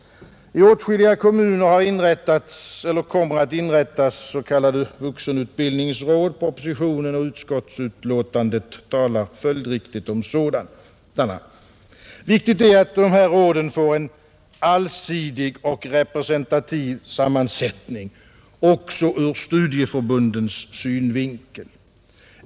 I åtskilliga kommuner har inrättats eller kommer att inrättas s.k. vuxenutbildningsråd — propositionen och utskottsutlåtandet talar följdriktigt om sådana. Viktigt är att de här råden får en allsidig och representativ sammansättning också ur studieförbundens synvinkel.